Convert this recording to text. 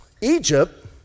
Egypt